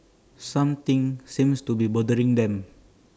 something seems to be bothering him